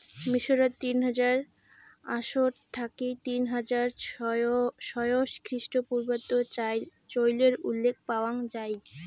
মিশরত তিন হাজার আটশ থাকি তিন হাজার ছয়শ খ্রিস্টপূর্বাব্দত চইলের উল্লেখ পাওয়াং যাই